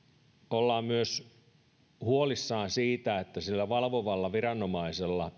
ollaan myös huolissaan siitä että sillä valvovalla viranomaisella